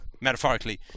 metaphorically